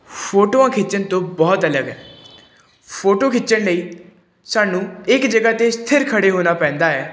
ਫੋਟੋਆਂ ਖਿੱਚਣ ਤੋਂ ਬਹੁਤ ਅਲੱਗ ਹੈ ਫੋਟੋ ਖਿੱਚਣ ਲਈ ਸਾਨੂੰ ਇੱਕ ਜਗ੍ਹਾ 'ਤੇ ਸਥਿਰ ਖੜ੍ਹੇ ਹੋਣਾ ਪੈਂਦਾ ਹੈ